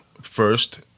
first